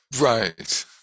Right